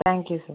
thank you sir